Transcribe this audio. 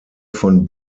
von